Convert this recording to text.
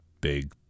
big